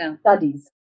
studies